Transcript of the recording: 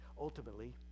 Ultimately